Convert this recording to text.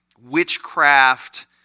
witchcraft